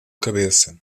cabeça